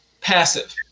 passive